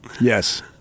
Yes